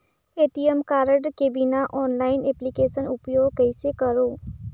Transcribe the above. ATM card के बिना online application उपयोग कइसे करो?